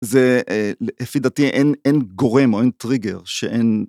זה, אה, ל-לפי דעתי, אין-אין גורם, או אין טריגר, שאין...